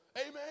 Amen